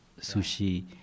sushi